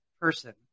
person